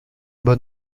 bon